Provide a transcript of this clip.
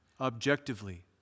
objectively